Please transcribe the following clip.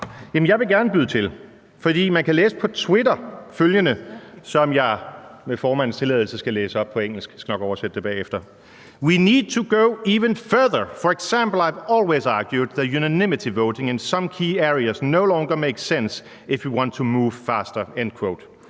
jeg vil gerne byde til. For man kan på Twitter læse følgende, som jeg med formandens tilladelse skal læse op på engelsk; jeg skal nok oversætte det bagefter: »We need to go even further. For example, I have always argued that unanimity voting in some key areas no longer makes sense, if we want to move faster.« Altså: